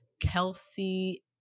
kelsey